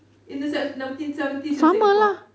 in the nineteen seventies in singapore